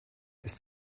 ist